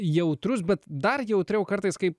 jautrus bet dar jautriau kartais kai